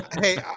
Hey